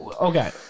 okay